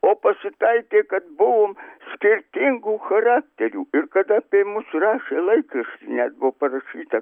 o pasitaikė kad buvom skirtingų charakterių ir kad apie mus rašė laikrašty net buvo parašyta